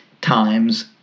times